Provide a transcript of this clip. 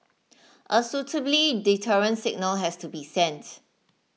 a suitably deterrent signal has to be sent